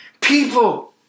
people